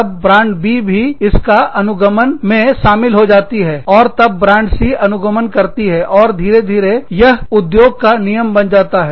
तब brand B भी इसका अनुगमन में शामिल हो जाती है और तब ब्रांड C अनुगमन करती है और धीरे धीरे यह उद्योग का नियम बन जाता है